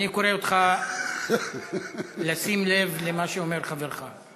אני קורא אותך לשים לב למה שאומר חברך.